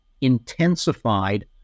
intensified